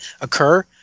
occur